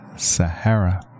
Sahara